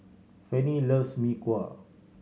Fanny loves Mee Kuah